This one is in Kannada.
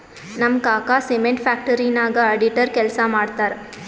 ನಮ್ ಕಾಕಾ ಸಿಮೆಂಟ್ ಫ್ಯಾಕ್ಟರಿ ನಾಗ್ ಅಡಿಟರ್ ಕೆಲ್ಸಾ ಮಾಡ್ತಾರ್